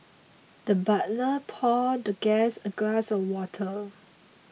the butler poured the guest a glass of water